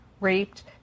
raped